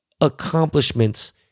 Accomplishments